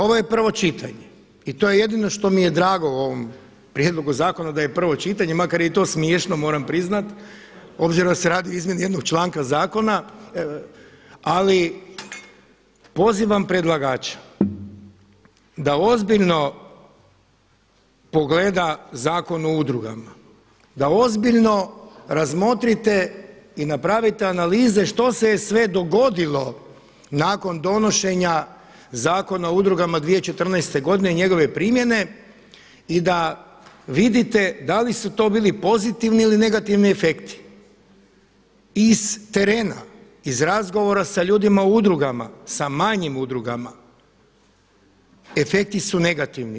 Ovo je prvo čitanje i to jedino što mi je drago u ovom prijedlogu zakona da je prvo čitanje makar je i to smiješno moram priznati obzirom da se radi o izmjeni jednog članka zakona, ali pozivam predlagača da ozbiljno pogleda Zakon o udrugama, da ozbiljno razmotrite i napravite analize što se je sve dogodilo nakon donošenja Zakona o udrugama 2014. godine i njegove primjene i da vidite da li su to bili pozitivni ili negativni efekti iz terena, iz razgovara sa ljudima u udrugama, sa manjim udrugama efekti su negativni.